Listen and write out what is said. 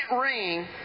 ring